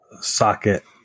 socket